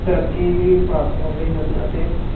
ਤਰੱਕੀ ਵੀ ਪ੍ਰਾਪਤ ਕਰ ਰਹੇ ਹਨ ਅਤੇ